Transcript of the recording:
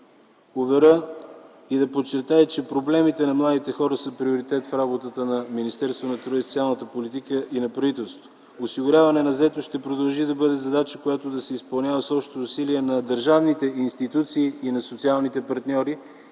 уверя и да подчертая, че проблемите на младите хора са приоритет в работата на Министерството на труда и социалната политика и на правителството. Осигуряването на заетост ще продължи да бъде задача, която да се изпълнява с общите усилия на държавните институции и на социалните партньори,